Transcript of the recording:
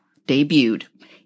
debuted